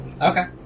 Okay